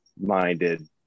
minded